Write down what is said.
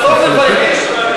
אין סוף לדברים האלה.